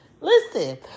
Listen